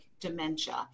Dementia